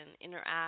interact